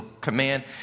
command